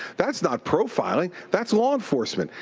that's not profiling, that's law enforcement.